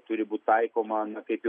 turi būti taikoma na kaip jau